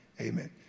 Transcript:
amen